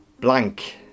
blank